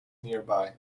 nearby